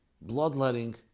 bloodletting